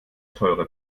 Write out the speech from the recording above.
teure